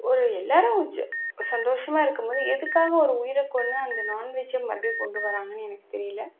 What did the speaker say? ஒரு எல்லோரும் சந்தோஷமாக இருக்கும்போது எதுக்காக ஒரு உயிரை கொன்று அந்த நான்வெஜ்ஜை மறுபடியும் கொண்டு வர்றாங்கன்னு எனக்கு தெரியல